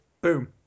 boom